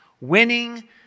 Winning